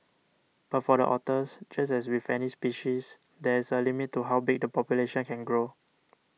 but for the otters just as with any species there is a limit to how big the population can grow